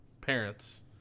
parents